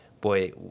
boy